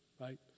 right